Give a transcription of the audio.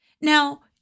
Now